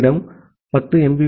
உங்களிடம் 10 எம்